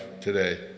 today